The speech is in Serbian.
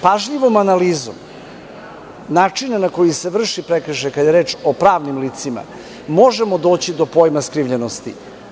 Pažljivom analizom načina na koji se vrši prekršaj, kada je reč o pravnim licima, možemo doći do pojma skrivljenosti.